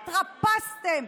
התרפסתם.